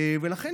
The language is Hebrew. לכן,